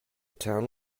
town